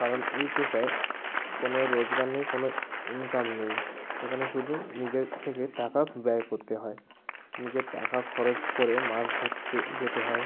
কারণ এই পেশায় কোনো রোজগার নেই কোনো ইনকাম নেই সেখানে শুধু নিজের থেকে টাকা ব্যয় করতে হয় নিজের টাকা খরচ করে মাছ ধরতে যেতে হয়